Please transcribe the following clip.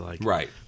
Right